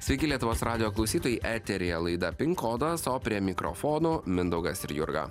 sveiki lietuvos radijo klausytojai eteryje laida pin kodas o prie mikrofono mindaugas ir jurga